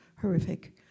horrific